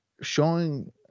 showing